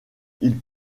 ils